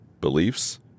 beliefs